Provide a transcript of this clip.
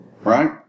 Right